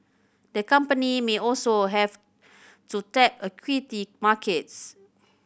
the company may also have to tap equity markets